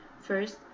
First